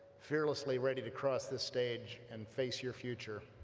fearlessly ready to cross this stage and face your future,